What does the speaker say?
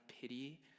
pity